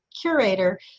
curator